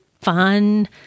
fun